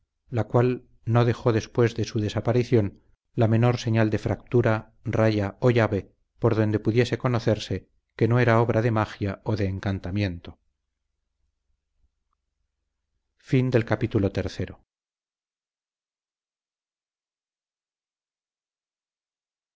la cual no dejó después de su desaparición la menor señal de fractura raya o llave por donde pudiese conocerse que no era obra de magia o de encantamiento